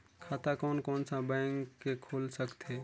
खाता कोन कोन सा बैंक के खुल सकथे?